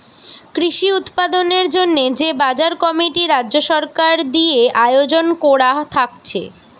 কৃষি উৎপাদনের জন্যে যে বাজার কমিটি রাজ্য সরকার দিয়ে আয়জন কোরা থাকছে